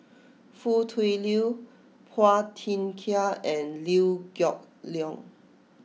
Foo Tui Liew Phua Thin Kiay and Liew Geok Leong